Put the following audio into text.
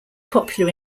popular